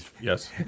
Yes